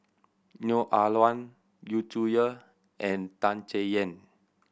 Neo Ah Luan Yu Zhuye and Tan Chay Yan